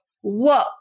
whoa